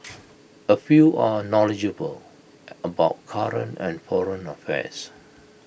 A few are knowledgeable about current and foreign affairs